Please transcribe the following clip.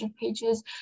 pages